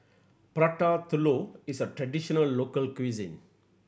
Prata Telur is a traditional local cuisine